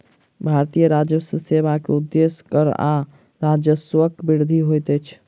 भारतीय राजस्व सेवा के उदेश्य कर आ राजस्वक वृद्धि होइत अछि